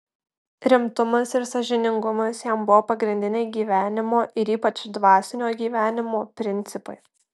rimtumas ir sąžiningumas jam buvo pagrindiniai gyvenimo ir ypač dvasinio gyvenimo principai